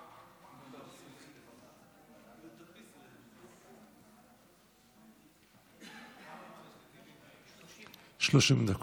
מכובדי היושב-ראש, יש לי 30 דקות?